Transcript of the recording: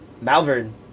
malvern